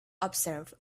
observed